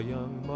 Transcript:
Young